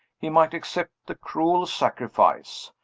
he might accept the cruel sacrifice.